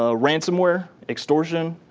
ah ransomware, extortion,